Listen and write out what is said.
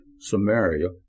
Samaria